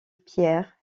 pierre